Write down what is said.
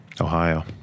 Ohio